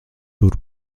tur